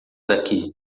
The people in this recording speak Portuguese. daqui